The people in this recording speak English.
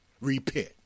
repent